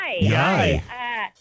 Yay